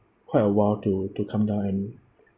quite a while to to come down and